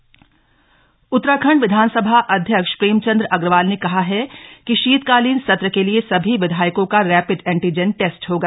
विस अध्यक्ष निरीक्षण उत्तराखंड विधानसभा अध्यक्ष प्रेमचंद अग्रवाल ने कहा है कि शीतकालीन सत्र के लिए सभी विधायकों का रैपिड एंटीजन टेस्ट होगा